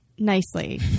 Nicely